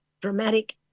dramatic